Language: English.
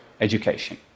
education